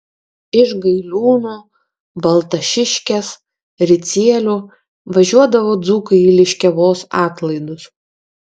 iš gailiūnų baltašiškės ricielių važiuodavo dzūkai į liškiavos atlaidus